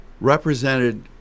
represented